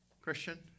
Christian